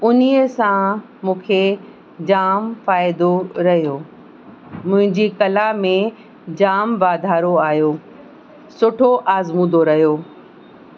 उन सां मूंखे जाम फ़ाइदो रहियो मुंहिंजी कला में जाम वाधारो आहियो सुठो आज़मूदो रहियो